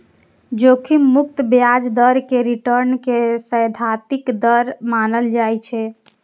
जोखिम मुक्त ब्याज दर कें रिटर्न के सैद्धांतिक दर मानल जाइ छै